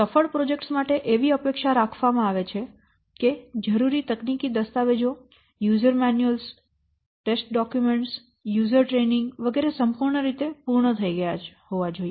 સફળ પ્રોજેક્ટ્સ માટે એવી અપેક્ષા રાખવામાં આવે છે કે જરૂરી તકનીકી દસ્તાવેજો યુઝર મેન્યુઅલ્સ પરીક્ષણ દસ્તાવેજો વપરાશકર્તા તાલીમ વગેરે સંપૂર્ણ રીતે પૂર્ણ થઈ ગયા હોવા જોઈએ